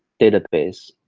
database.